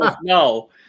No